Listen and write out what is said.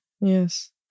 yes